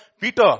Peter